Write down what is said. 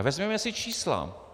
Vezměme si čísla.